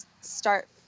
start